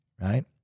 right